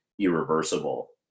irreversible